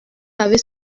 avez